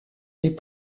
des